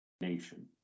Nation